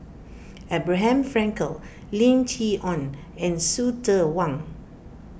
Abraham Frankel Lim Chee Onn and Hsu Tse Kwang